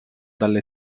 dalle